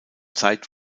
zeit